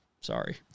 Sorry